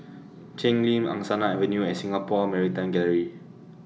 Cheng Lim Angsana Avenue and Singapore Maritime Gallery